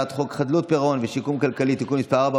הצעת חוק חדלות פירעון ושיקום כלכלי (תיקון מס' 4,